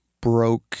broke